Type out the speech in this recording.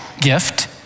gift